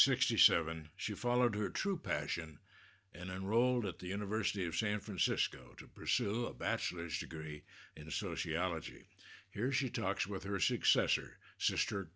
sixty seven she followed her true passion and enrolled at the university of san francisco to pursue a bachelor's degree in sociology here she talks with her successor sister